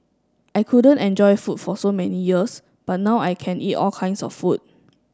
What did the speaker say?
I couldn't enjoy food for so many years but now I can eat all kinds of food